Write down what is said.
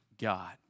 God